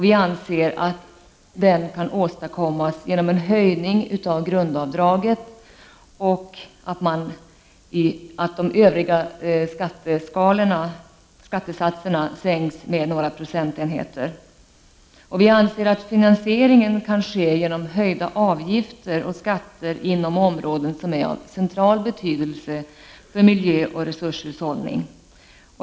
Vi anser att denna kan åstadkommas genom en höjning av grundavdraget och genom att de övriga skattesatserna sänks med några procentenheter. Vi anser att finansieringen kan ske genom en höjning av avgifter och skatter inom områden som är av central betydelse för miljö och resurshushållning.